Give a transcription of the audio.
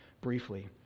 briefly